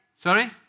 Sorry